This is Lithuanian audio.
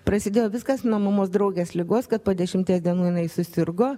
prasidėjo viskas nuo mamos draugės ligos kad po dešimties dienų jinai susirgo